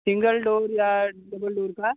single door या double door का